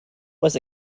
was